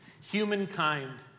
humankind